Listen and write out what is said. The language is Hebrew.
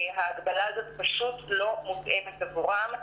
וההגבלה הזאת פשוט לא מותאמת עבורם.